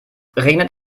regnet